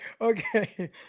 okay